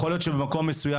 יכול להיות שבמקום מסוים,